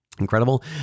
incredible